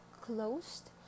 closed